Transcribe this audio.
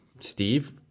Steve